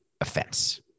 offense